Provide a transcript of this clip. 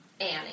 Annie